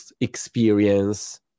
experience